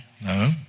no